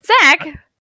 Zach